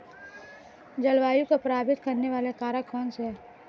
जलवायु को प्रभावित करने वाले कारक कौनसे हैं?